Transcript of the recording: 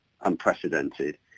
unprecedented